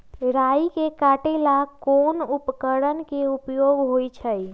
राई के काटे ला कोंन उपकरण के उपयोग होइ छई?